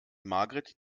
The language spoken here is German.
margret